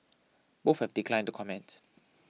both have declined to comment